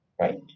Right